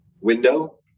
window